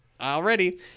already